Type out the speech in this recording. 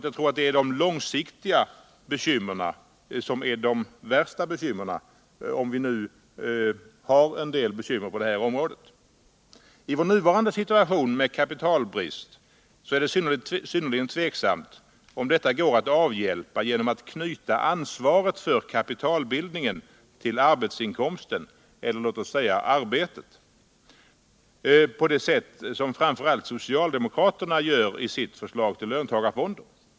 Jag tror nämligen att de långsiktiga bekymren är de värsta, om vi nu har en del bekymmer på det här området. I vår nuvarande situation med kapitalbrist är det synnerligen tveksamt om kapitalbristen går att avhjälpa genom att man knyter ansvaret för kapitalbildningen till arbetsinkomsten, eller låt oss säga arbetet, på det sätt som framför allt socialdemokraterna gör i sitt förslag till löntagarfonder.